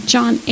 John